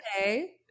okay